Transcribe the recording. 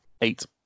Eight